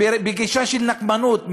בגישה של נקמנות.